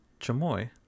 chamoy